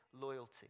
loyalty